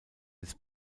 des